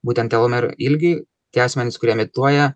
būtent telomerų ilgiui tie asmenys kurie emituoja